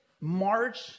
March